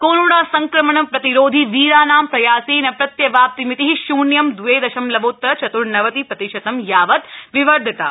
corona संक्रमण प्रतिरोधी वीराणां प्रयासेन प्रत्यवाप्तिमिति शून्यं द वे दशमलवोतर चत्र्नवति प्रतिशतं यावत् विवर्धिता